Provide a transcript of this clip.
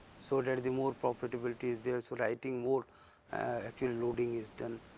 sort of that the more profitability is there so writing more actually loading is done.